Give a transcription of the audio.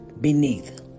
beneath